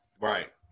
right